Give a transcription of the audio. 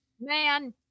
man